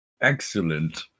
Excellent